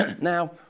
Now